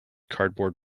cardboard